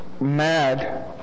mad